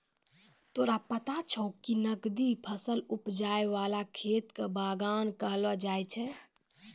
तोरा पता छौं कि नकदी फसल उपजाय वाला खेत कॅ बागान कहलो जाय छै